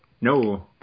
No